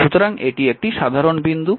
সুতরাং এটি একটি সাধারণ বিন্দু